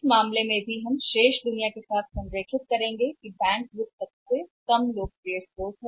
इस मामले में भी हम शेष दुनिया के साथ संरेखित करेंगे जहां बैंक वित्त सबसे कम है लोकप्रिय स्रोत